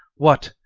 what!